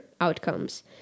outcomes